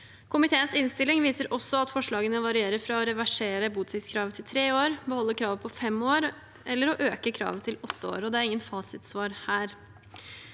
Komiteens innstilling viser også at forslagene varierer fra å reversere botidskravet til tre år, beholde kravet på fem år eller øke kravet til åtte år, og det er ingen fasitsvar her.